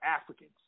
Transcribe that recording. Africans